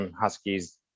Huskies